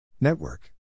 Network